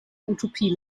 utopie